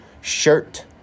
shirt